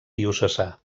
diocesà